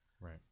right